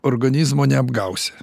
organizmo neapgausi